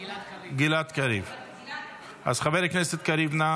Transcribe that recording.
חבר הכנסת גלעד קריב.